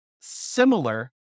similar